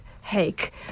hake